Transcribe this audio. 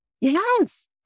Yes